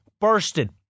bursted